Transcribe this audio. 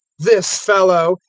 this fellow,